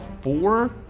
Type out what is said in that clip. four